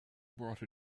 brought